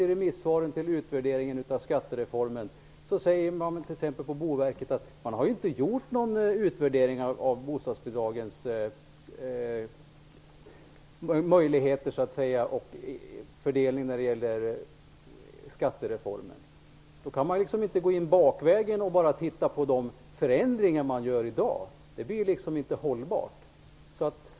I remissvaren till utvärderingen av skattereformen säger man t.ex. på Boverket att någon utvärdering av bostadsbidragens möjligheter och fördelning i anslutning till skattereformen inte har gjorts. Man kan då inte gå in bakvägen, och bara titta på de förändringar som görs i dag. Det blir inte hållbart.